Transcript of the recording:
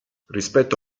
rispetto